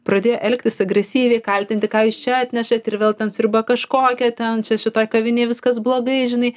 pradėjo elgtis agresyviai kaltinti ką jūs čia atnešėt ir vėl ten sriuba kažkokia ten čia šitoj kavinėj viskas blogai žinai